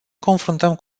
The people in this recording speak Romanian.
confruntăm